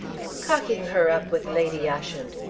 cocking her up with lady ushant!